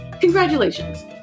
Congratulations